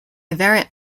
variant